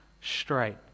straight